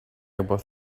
was